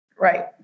Right